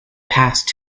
past